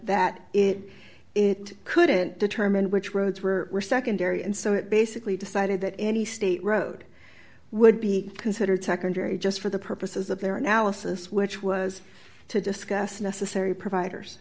that it it couldn't determine which roads were secondary and so it basically decided that any state road would be considered secondary just for the purposes of their analysis which was to discuss necessary providers